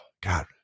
God